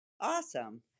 awesome